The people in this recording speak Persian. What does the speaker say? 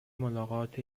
ملاقات